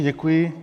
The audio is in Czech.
Děkuji.